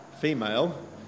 female